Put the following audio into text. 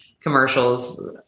commercials